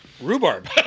Rhubarb